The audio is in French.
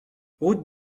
route